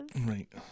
Right